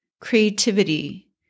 creativity